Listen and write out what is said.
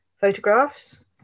photographs